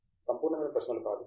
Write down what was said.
తంగిరాల సంపూర్ణమైన ప్రశ్నలు కాదు